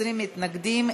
20 מתנגדים,